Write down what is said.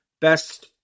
Best